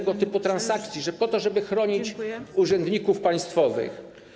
tego typu transakcji, po to żeby chronić urzędników państwowych.